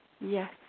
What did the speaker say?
Yes